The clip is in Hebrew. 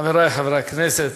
חברי חברי הכנסת,